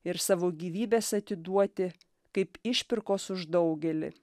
ir savo gyvybes atiduoti kaip išpirkos už daugelį